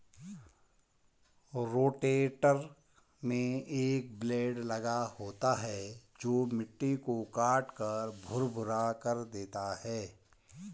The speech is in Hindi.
रोटेटर में एक ब्लेड लगा होता है जो मिट्टी को काटकर भुरभुरा कर देता है